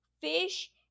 fish